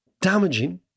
damaging